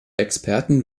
experten